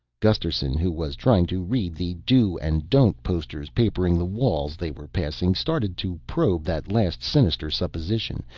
gusterson, who was trying to read the do and don't posters papering the walls they were passing, started to probe that last sinister supposition,